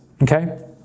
Okay